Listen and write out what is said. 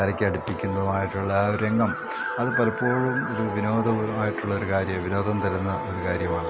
കരയ്ക്കടുപ്പിക്കുന്നതുമായിട്ടുള്ള ആ ഒരു രംഗം അത് പലപ്പോഴും ഒരു വിനോദപൂർവ്വമായിട്ടുള്ളൊരു കാര്യം വിനോദം തരുന്ന ഒരു കാര്യമാണ്